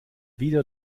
wieder